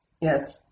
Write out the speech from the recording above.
Yes